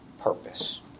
purpose